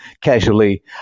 casually